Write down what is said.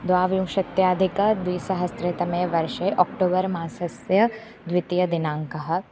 द्वाविंशत्यधिकद्विसहस्रेतमे वर्षे ओक्टोबर् मासस्य द्वितीयः दिनाङ्कः